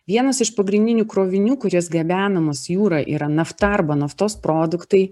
vienas iš pagrindinių krovinių kuris gabenamas jūra yra nafta arba naftos produktai